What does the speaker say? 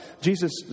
Jesus